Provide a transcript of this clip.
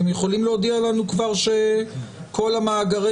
אתם יכולים להודיע לנו כבר שכל מאגרי